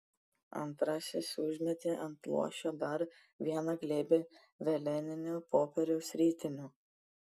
antrasis užmetė ant luošio dar vieną glėbį veleninio popieriaus ritinių